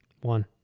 One